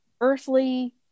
earthly